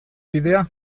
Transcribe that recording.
bidea